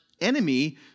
enemy